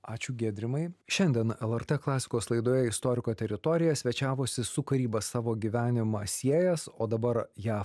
ačiū giedrimai šiandien lrt klasikos laidoje istoriko teritorija svečiavosi su karyba savo gyvenimą siejęs o dabar jav